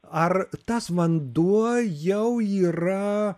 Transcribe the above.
ar tas vanduo jau yra